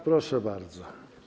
Proszę bardzo.